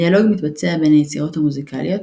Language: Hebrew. הדיאלוג מתבצע בין היצירות המוזיקליות,